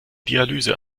dialyse